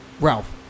Ralph